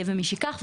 משכך,